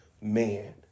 man